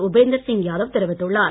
உபேந்தர் சிங் யாதவ் தெரிவித்துள்ளார்